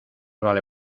vale